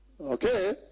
Okay